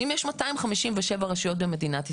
ואם יש 257 רשויות במדינת ישראל,